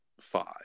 five